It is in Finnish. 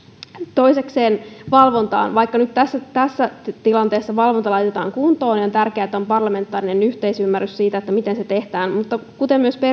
toisekseen valvontaan vaikka tässä tässä tilanteessa valvonta nyt laitetaan kuntoon niin on tärkeää että on parlamentaarinen yhteisymmärrys siitä miten se tehdään kuten myös